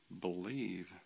Believe